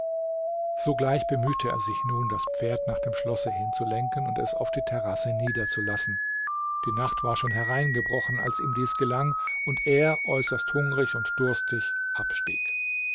sogleich bemühte er sich nun das pferd nach dem schlosse hinzulenken und es auf die terrasse niederzulassen die nacht war schon hereingebrochen als ihm dies gelang und er äußerst hungrig und durstig abstieg